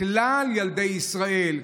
כלל ילדי ישראל,